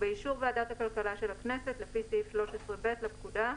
ובאישור ועדת הכלכלה של הכנסת לפי סעיף 13(ב) לפקודה,